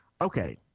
Okay